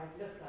look